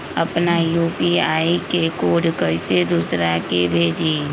अपना यू.पी.आई के कोड कईसे दूसरा के भेजी?